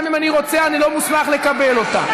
גם אם אני רוצה, אני לא מוסמך לקבל אותה.